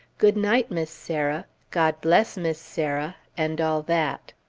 good-night, miss sarah! god bless miss sarah! and all that.